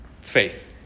faith